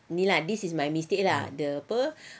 me lah this is my mistake lah the apa